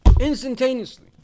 Instantaneously